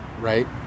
right